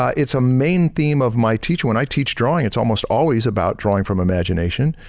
it's a main theme of my teach when i teach drawing, it's almost always about drawing from imagination